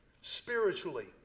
spiritually